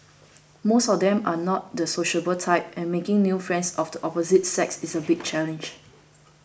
most of them are not the sociable type and making new friends of the opposite sex is a big challenge